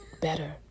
better